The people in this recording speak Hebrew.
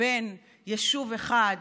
בין יישוב אחד,